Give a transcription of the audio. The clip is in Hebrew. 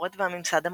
התקשורת והממסד המדעי.